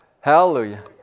Hallelujah